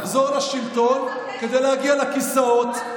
לחזור לשלטון כדי להגיע לכיסאות.